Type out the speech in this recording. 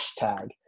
hashtag